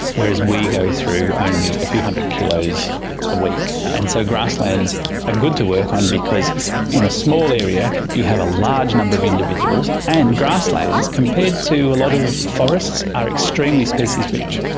whereas we go through only a few hundred kilograms a week. and so grasslands are good to work on because in a small area you have a large number of individuals and grasslands compared to a lot of forests are extremely species rich.